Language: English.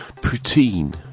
Poutine